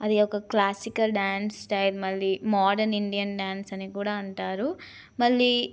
అది ఒక classical dance style మళ్ళీ మోడ్రన్ ఇండియన్ డ్యాన్స్ అని కూడా అంటారు మళ్ళీ